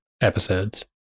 episodes